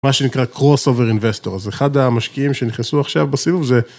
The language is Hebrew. מה שנקרא Cross-Over Investors, אחד המשקיעים שנכנסו עכשיו בסיבוב זה...